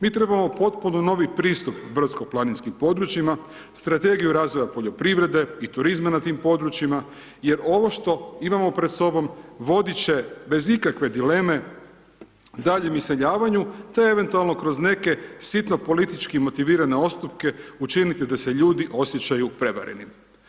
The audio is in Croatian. Mi trebamo potpuno novi pristup brdsko planinskim područjima, strategiju razvoja poljoprivrede i turizma na tim područjima jer ovo što imamo pred sobom, voditi će, bez ikakve dileme, daljem iseljavanju, te eventualno kroz neke sitno političke motivirane odstupke učiniti da se ljudi osjećaju prevarenim.